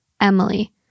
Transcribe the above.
Emily